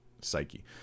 psyche